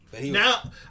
now